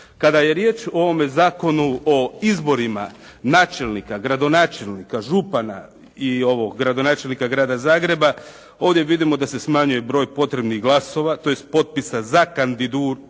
Kada je rije o ovome Zakonu o izborima načelnika, gradonačelnika, župna i gradonačelnika Grada Zagreba, ovdje vidimo da se smanjuje broj potrebnih glasova tj. potpisa za kandidaturu